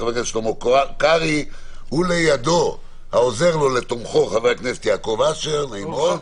חבר הכנסת יוסף ג'בארין והצעת חוק של חברת הכנסת שרן מרים השכל,